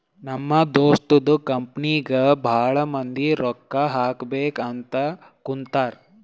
ನಮ್ ದೋಸ್ತದು ಕಂಪನಿಗ್ ಭಾಳ ಮಂದಿ ರೊಕ್ಕಾ ಹಾಕಬೇಕ್ ಅಂತ್ ಕುಂತಾರ್